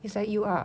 it's like you are